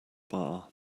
bar